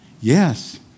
yes